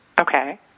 Okay